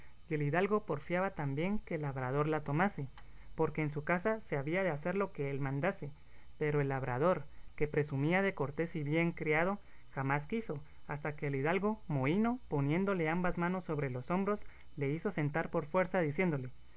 el hidalgo porfiaba también que el labrador la tomase porque en su casa se había de hacer lo que él mandase pero el labrador que presumía de cortés y bien criado jamás quiso hasta que el hidalgo mohíno poniéndole ambas manos sobre los hombros le hizo sentar por fuerza diciéndole